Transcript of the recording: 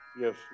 yes